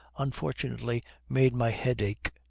unfortunately made my head ache.